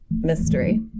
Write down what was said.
mystery